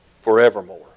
forevermore